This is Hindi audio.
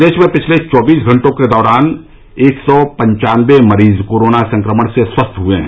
प्रदेश में पिछले चौबीस घंटों के दौरान एक सौ पन्वानबे मरीज कोरोना संक्रमण से स्वस्थ हुए हैं